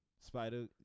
Spider